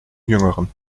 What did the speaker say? jüngeren